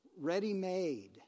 ready-made